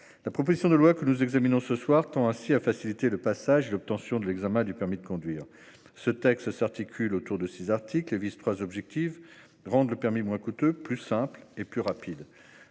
La proposition de loi que nous examinons ce soir tend ainsi à faciliter le passage et l'obtention de l'examen du permis de conduire. Ce texte s'articule autour de trois objectifs : rendre l'accès au permis moins coûteux, plus simple et plus rapide.